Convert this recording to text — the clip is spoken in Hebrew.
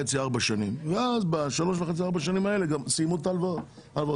שנים ואז בזמן הזה סיימו להחזיר את ההלוואות.